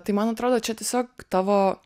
tai man atrodo čia tiesiog tavo